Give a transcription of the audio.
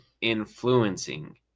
influencing